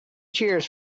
cheers